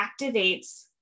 activates